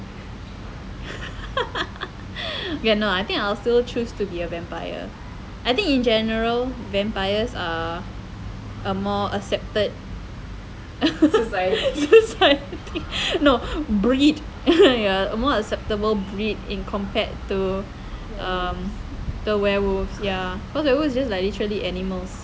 okay no I think I will still choose to be a vampire I think in general vampires are a more accepted society no breed more acceptable breed in compared to um the werewolves ya cause werewolves is just like literally animals